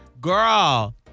Girl